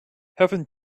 heaven